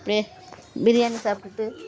அப்டேயே பிரியாணி சாப்பிட்டுட்டு